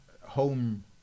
home